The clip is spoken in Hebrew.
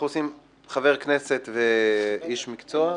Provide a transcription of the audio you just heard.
אנחנו עושים חבר כנסת ואיש מקצוע.